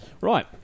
Right